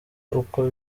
uko